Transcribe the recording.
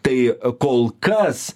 tai kol kas